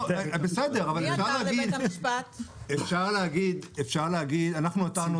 בסדר, אבל אפשר להגיד -- מי עתר לבית המשפט?